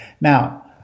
Now